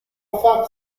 موفق